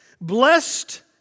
Blessed